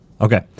Okay